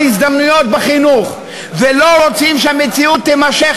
הזדמנויות בחינוך ולא רוצים שהמציאות תימשך,